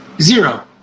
Zero